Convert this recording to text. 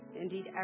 Indeed